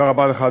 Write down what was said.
תודה רבה לך.